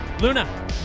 Luna